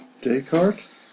Descartes